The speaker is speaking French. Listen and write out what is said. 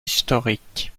historique